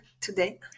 today